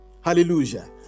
Hallelujah